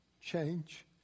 change